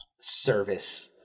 service